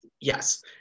Yes